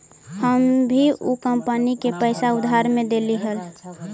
हम भी ऊ कंपनी के पैसा उधार में देली हल